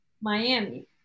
Miami